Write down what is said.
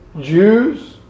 Jews